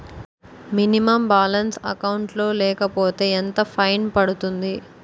Minimum balance account లో లేకపోతే ఎంత ఫైన్ పడుతుంది?